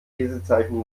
lesezeichen